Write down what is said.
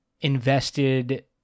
invested